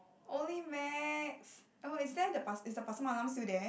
only Macs oh is there the pas~ is the Pasar-Malam still there